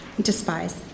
despise